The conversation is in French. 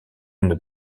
une